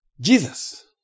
Jesus